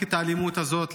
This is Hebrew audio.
את האלימות הזאת,